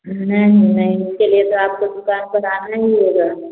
नहीं नहीं उसके लिए तो आपको दुकान पर आना ही होगा